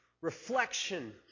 reflection